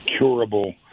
curable